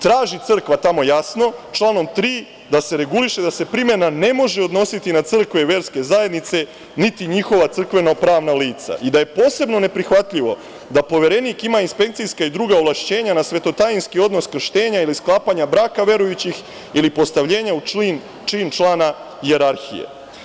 Traži crkva tamo jasno članom 3. da se reguliše da se primena ne može odnositi na crkve i verske zajednice, niti njihova crkvena pravna lica i da je posebno neprihvatljivo da poverenik ima inspekcijska i druga ovlašćenja na svetotajinski odnos krštenja ili sklapanja braka verujućih ili postavljenja u čin člana jerarhije.